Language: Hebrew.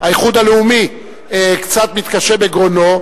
האיחוד הלאומי קצת מתקשה בגרונו,